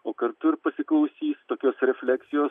o kartu ir pasiklausys tokios refleksijos